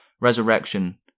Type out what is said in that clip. resurrection